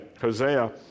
Hosea